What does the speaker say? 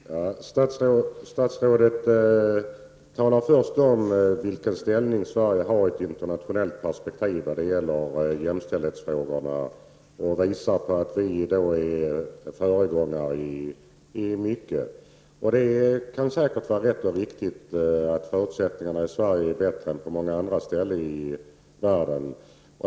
Herr talman! Statsrådet talade först om vilken ställning Sverige har i ett internationellt perspektiv när det gäller jämställdhetsfrågorna. Hon visade då att vi är föregångare i mycket. Det kan säkert vara rätt och riktigt att förutsättningarna i Sverige är bättre än på många andra ställen i världen.